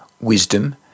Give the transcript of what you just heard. wisdom